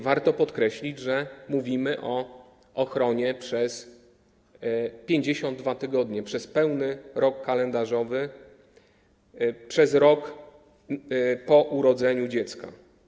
Warto podkreślić, że mówimy o ochronie przez 52 tygodnie, przez pełny rok kalendarzowy, przez rok po urodzeniu dziecka.